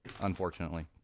unfortunately